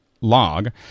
Log